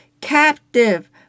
captive